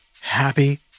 happy